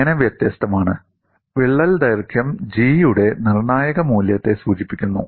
എങ്ങനെ വ്യത്യസ്തമാണ് വിള്ളൽ ദൈർഘ്യം G യുടെ നിർണായക മൂല്യത്തെ സൂചിപ്പിക്കുന്നു